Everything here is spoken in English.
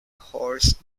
horse